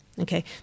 Okay